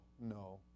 no